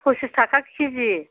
फसिस थाखा केजि